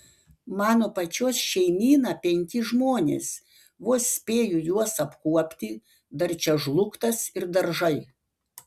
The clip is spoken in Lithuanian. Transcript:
mano pačios šeimyna penki žmonės vos spėju juos apkuopti dar čia žlugtas ir daržai